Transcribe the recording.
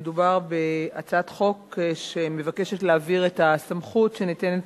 מדובר בהצעת חוק שמבקשת להעביר את הסמכות שניתנת